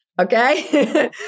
Okay